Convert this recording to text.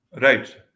Right